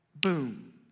Boom